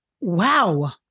Wow